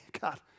God